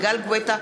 יגאל גואטה,